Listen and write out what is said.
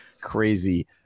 crazy